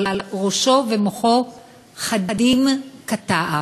אבל ראשו ומוחו חדים כתער.